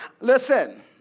Listen